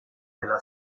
delle